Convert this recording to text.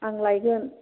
आं लायगोन